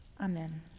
Amen